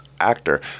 actor